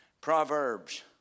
Proverbs